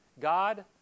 God